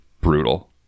brutal